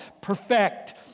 perfect